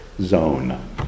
zone